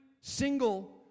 single